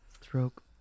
Stroke